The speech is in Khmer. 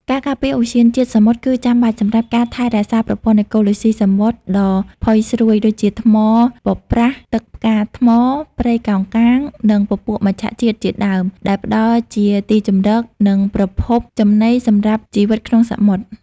ការការពារឧទ្យានជាតិសមុទ្រគឺចាំបាច់សម្រាប់ការថែរក្សាប្រព័ន្ធអេកូឡូស៊ីសមុទ្រដ៏ផុយស្រួយ ដូចជាថ្មប៉ប្រះទឹកផ្កាថ្ម ព្រៃកោងកាង និងពពួកមច្ឆជាតិជាដើម ដែលផ្តល់ជាទីជម្រក និងប្រភពចំណីសម្រាប់ជីវិតក្នុងសមុទ្រ។